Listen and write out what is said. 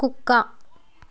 కుక్క